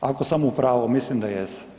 Ako sam u pravu, mislim da jesam.